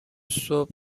صبح